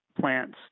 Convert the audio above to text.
plants